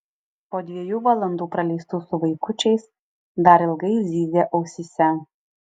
po dviejų valandų praleistų su vaikučiais dar ilgai zyzė ausyse